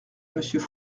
monsieur